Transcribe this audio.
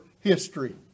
history